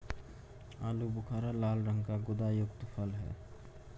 आलू बुखारा लाल रंग का गुदायुक्त फल है